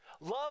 Love